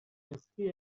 whiskey